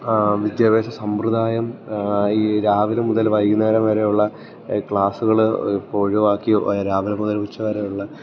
വിദ്യാഭ്യാസ സമ്പ്രദായം ഈ രാവിലെ മുതൽ വൈകുന്നേരം വരെയുള്ള ക്ലാസ്സുകൾ ഒഴിവാക്കി രാവിലെ മുതൽ ഉച്ചവരെയുള്ള